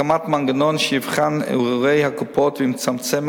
הקמת מנגנון שיבחן את ערעורי הקופות ויצמצם